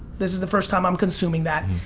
this is the first time i'm consuming that.